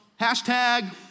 hashtag